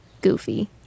goofy